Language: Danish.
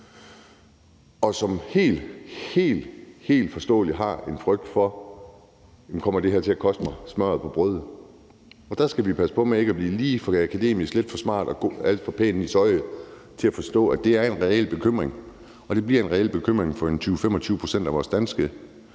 og som helt, helt forståeligt har en frygt for, om det her kommer til at koste dem smørret på brødet. Der skal vi passe på med ikke at blive lidt for akademiske og lidt for smarte og alt for pæne i tøjet til at forstå, at det er en reel bekymring. Og det bliver en reel bekymring for omkring 20-25 pct. af vores danske